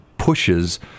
Pushes